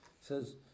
says